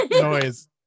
noise